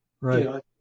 Right